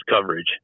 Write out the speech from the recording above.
coverage